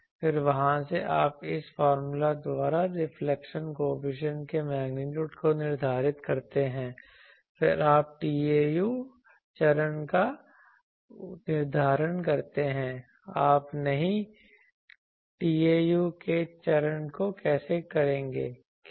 फिर वहाँ से आप इस फार्मूला द्वारा रिफ्लेक्शन कॉएफिशिएंट के मेग्नीट्यूड को निर्धारित करते हैं फिर आप ताऊ के चरण का निर्धारण करते हैं आप नहीं ताऊ के चरण को कैसे करेंगे कैसे